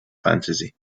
fantasy